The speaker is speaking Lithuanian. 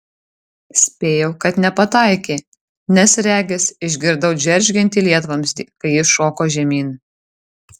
spėjau kad nepataikė nes regis išgirdau džeržgiantį lietvamzdį kai jis šoko žemyn